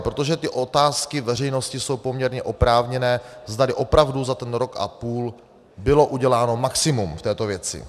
Protože ty otázky veřejnosti jsou poměrně oprávněné, zdali opravdu za ten rok a půl bylo uděláno maximum v této věci.